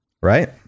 right